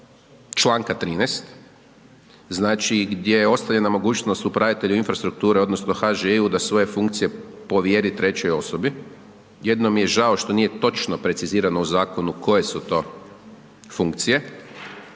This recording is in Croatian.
čl. 13., znači, gdje ostavljaju nam mogućnost upravitelju infrastrukture odnosno HŽ-u da svoje funkcije povjeri trećoj osobi, jedino mi je žao što nije točno precizirano u zakonu koje su to funkcije,